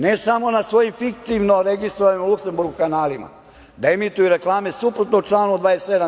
Ne samo na svojim fiktivno registrovanim Luksemburg kanalima da emituju reklame suprotno članu 27.